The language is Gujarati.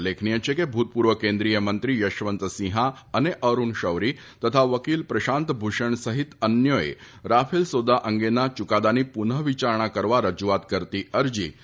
ઉલ્લેખનીય છે કે ભૂતપૂર્વ કેન્દ્રીય મંત્રી યશવંત સિંહા અને અરૂણ શૌરી તથા વકીલ પ્રશાંત ભૂષણ સહિત અન્યોએ રાફેલ સોદા અંગેના ચૂકાદાની પૂનઃ વિચારણા કરવા રજુઆત કરતી અરજી સર્વોચ્ચ અદાલતમાં કરી છે